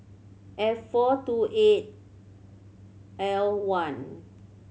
F four two eight L one